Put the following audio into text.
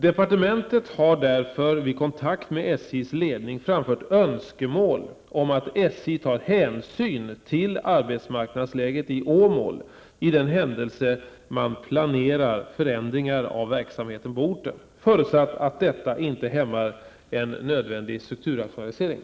Departementet har därför vid kontakt med SJs ledning framfört önskemål om att SJ tar hänsyn till arbetsmarknadsläget i Åmål i den händelse man planerar förändringar av verksamheten på orten, förutsatt att detta inte hämmar en nödvändig strukturrationalisering.